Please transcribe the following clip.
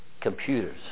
Computers